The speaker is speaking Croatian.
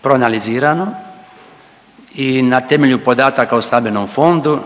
proanalizirano i na temelju podataka o stambenom fondu